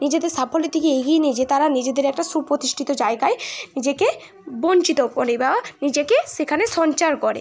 নিজেদের সাফল্যের দিকে এগিয়ে নিয়ে যেয়ে তারা নিজেদের একটা সুপ্রতিষ্ঠিত জায়গায় নিজেকে বঞ্চিত করে বা নিজেকে সেখানে সঞ্চার করে